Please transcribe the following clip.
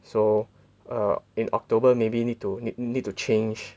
so err in October maybe need to need need to change